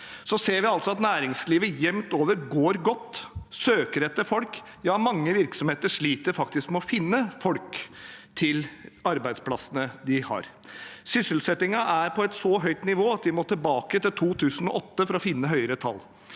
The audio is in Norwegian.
styr – at næringslivet jevnt over går godt og søker etter folk. Mange virksomheter sliter faktisk med å finne folk til arbeidsplassene de har. Sysselsettingen er på et så høyt nivå at vi må tilbake til 2008 for å finne høyere tall.